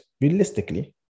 realistically